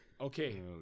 Okay